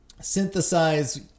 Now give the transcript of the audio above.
synthesize